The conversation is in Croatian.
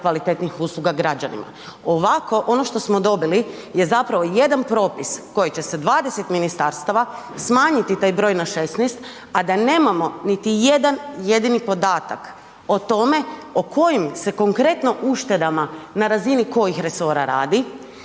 kvalitetnih usluga građanima. Ovako ono što smo dobili je jedan propis koji će sa 20 ministarstava smanjiti taj broj na 16, a da nemamo niti jedan jedini podatak o tome o kojim se konkretno uštedama na razini kojih resora radi,